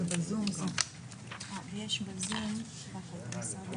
(היו"ר אימאן ח'טיב יאסין,